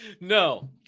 No